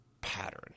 pattern